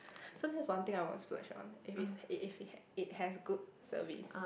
so that's one thing I will splurge on if it's if it had it has good service